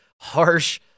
harsh